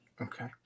Okay